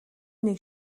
нэг